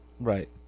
right